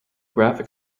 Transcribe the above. graphic